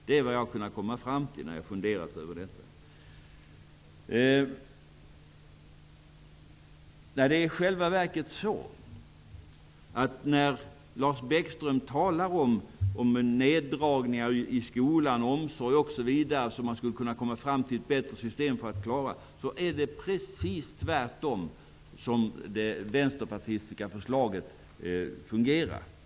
Det är vad jag har kunnat komma fram till när jag har funderat över detta. Lars Bäckström talar om att man skulle kunna komma fram till ett bättre system för att klara neddragningar i skolan, omsorg, osv. I själva verket skulle Vänsterpartiets förslag fungera precis tvärtom.